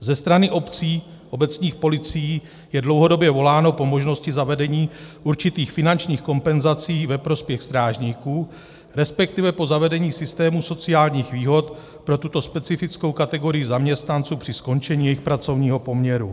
Ze strany obcí, obecních policií je dlouhodobě voláno po možnosti zavedení určitých finančních kompenzací ve prospěch strážníků, resp. po zavedení systému sociálních výhod pro tuto specifickou kategorii zaměstnanců při skončení jejich pracovního poměru.